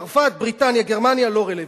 צרפת, בריטניה, גרמניה לא רלוונטיות.